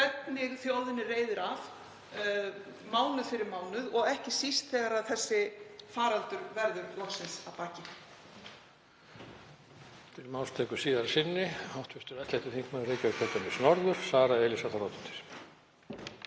hvernig þjóðinni reiðir af mánuð fyrir mánuð og ekki síst þegar þessi faraldur verður loksins að baki.